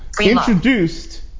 introduced